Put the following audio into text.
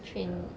train